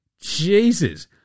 Jesus